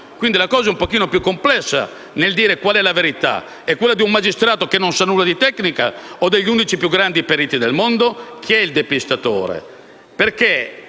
quindi, è un po' più complessa: qual è la verità? È quella di un magistrato che non sa nulla di tecnica o degli 11 più grandi periti del mondo? Chi è il depistatore? Queste